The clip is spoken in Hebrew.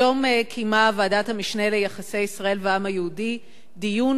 היום קיימה ועדת המשנה ליחסי ישראל והעם היהודי דיון